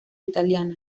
italiana